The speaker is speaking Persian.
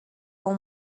اون